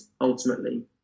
ultimately